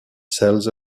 cells